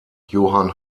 johann